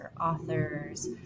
authors